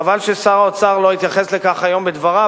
חבל ששר האוצר לא התייחס לכך היום בדבריו,